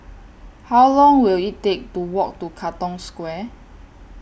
How Long Will IT Take to Walk to Katong Square